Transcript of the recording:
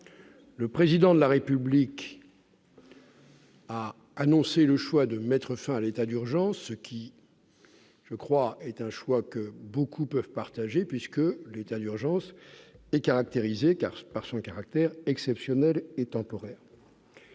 Le Président de la République a annoncé le choix de mettre fin à l'état d'urgence. C'est un choix que beaucoup peuvent partager, puisque l'état d'urgence est caractérisé par son caractère exceptionnel et temporaire.